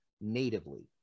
natively